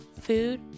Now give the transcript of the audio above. food